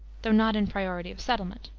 though not in priority of settlement.